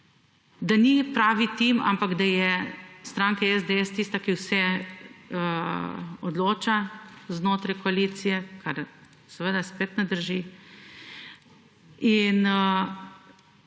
da ni pravi tim, ampak da je stranka SDS tista, ki vse odloča znotraj koalicije, kar seveda spet ne drži. In